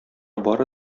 бары